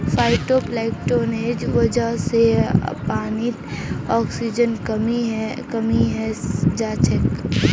फाइटोप्लांकटनेर वजह से पानीत ऑक्सीजनेर कमी हैं जाछेक